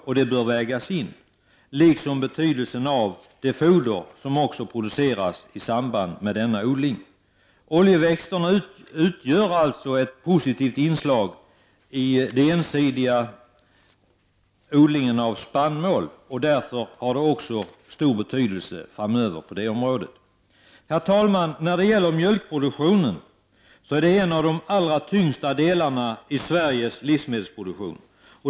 Detta bör vägas in, liksom betydelsen av det foder som produceras i samband med denna odling. Oljeväxterna utgör således ett positivt inslag i den ensidiga odlingen av spannmål, och därför har det också stor betydelse framöver på det området. Herr talman! Mjölkproduktionen utgör en av de allra tyngsta delarna i Sveriges livsmedelsproduktion.